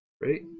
Right